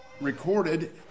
recorded